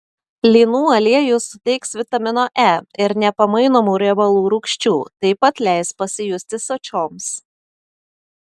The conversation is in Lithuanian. linų aliejus suteiks vitamino e ir nepamainomų riebalų rūgščių taip pat leis pasijusti sočioms